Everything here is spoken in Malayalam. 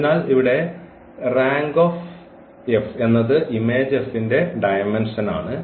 അതിനാൽ ഇവിടെ rank of എന്നത് ഇമേജ് Fന്റെ ദയമെന്ഷന് ആണ്